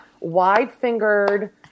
wide-fingered